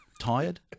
Tired